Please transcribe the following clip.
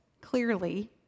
clearly